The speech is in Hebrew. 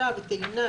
פריקה וטעינה,